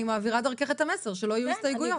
אני מעבירה דרכך את המסר שלא יהיו הסתייגויות.